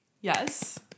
Yes